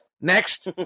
Next